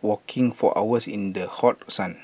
walking for hours in the hot sun